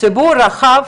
הציבור הרחב